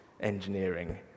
engineering